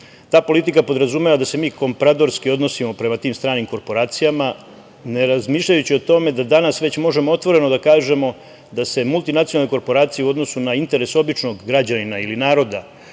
Ta politika podrazumeva da se mi kompradorski odnosimo prema tim stranim korporacijama, ne razmišljajući o tome da danas već možemo otvoreno da kažemo da se multinacionalne korporacije u odnosu na interes običnog građanina ili naroda